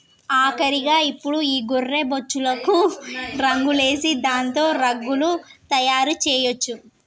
ఆఖరిగా ఇప్పుడు ఈ గొర్రె బొచ్చులకు రంగులేసి దాంతో రగ్గులు తయారు చేయొచ్చు